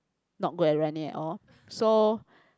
not good at running at all so